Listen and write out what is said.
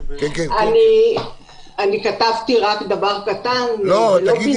אני כתבתי רק דבר קטן, לא בינארי.